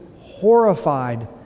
horrified